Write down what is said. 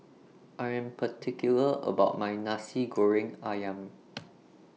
I Am particular about My Nasi Goreng Ayam